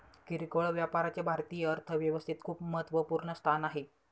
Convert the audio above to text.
किरकोळ व्यापाराचे भारतीय अर्थव्यवस्थेत खूप महत्वपूर्ण स्थान आहे